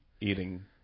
eating